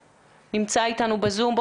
נמצא איתנו בזום אמנון.